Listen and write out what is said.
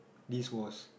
this was